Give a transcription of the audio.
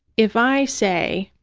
if i say,